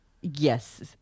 Yes